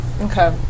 Okay